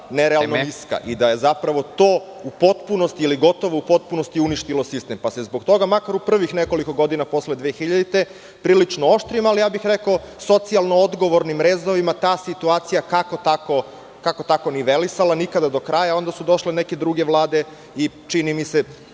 nerealno niska i da je zapravo to u potpunosti ili gotovo u potpunosti uništilo sistem, pa se zbog toga makar u prvih nekoliko godina posle 2000. godine prilično oštrijim, ali ja bih rekao socijalno-odgovornim rezovima ta situacija kako tako nivelisala, nikada do kraja, a onda su došle neke druge vlade i, čini mi se,